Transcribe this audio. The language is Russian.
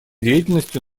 деятельностью